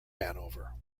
hanover